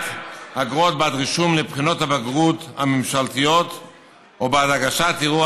אגרות בעד רישום לבחינות הבגרות הממשלתיות או בעד הגשת ערעור